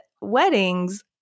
weddings